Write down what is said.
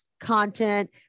content